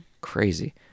Crazy